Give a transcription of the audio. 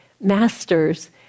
masters